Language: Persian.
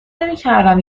نمیکردم